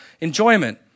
enjoyment